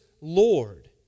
Lord